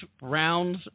rounds